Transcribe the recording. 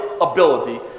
ability